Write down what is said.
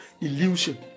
illusion